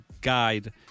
guide